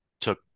took